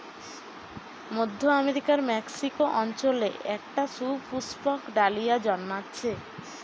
মধ্য আমেরিকার মেক্সিকো অঞ্চলে একটা সুপুষ্পক ডালিয়া জন্মাচ্ছে